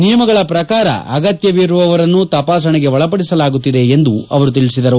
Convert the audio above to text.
ನಿಯಮಗಳ ಪ್ರಕಾರ ಅಗತ್ಯವಿರುವವರನ್ನು ತಪಾಸಣೆಗೆ ಒಳಪದಿಸಲಾಗುತ್ತಿದೆ ಎಂದು ಅವರು ಹೇಳಿದರು